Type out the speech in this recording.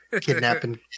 Kidnapping